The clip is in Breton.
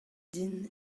din